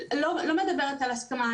לא מדברת על הסכמה.